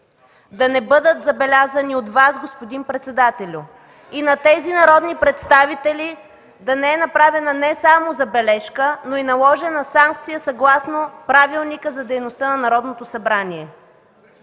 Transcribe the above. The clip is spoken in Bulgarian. да не бъдат забелязани от Вас, господин председателю, и на тези народни представители да не е направена не само забележка, но и наложена санкция, съгласно Правилника за организацията и дейността на Народното събрание.